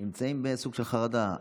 הם נמצאים בסוג של חרדה,